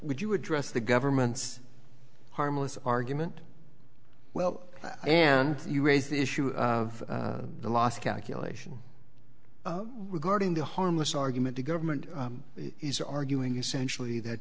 would you address the government's harmless argument well and you raised the issue of the last calculation regarding the harmless argument the government is arguing essentially that